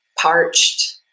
parched